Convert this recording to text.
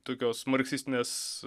tokios marksistinės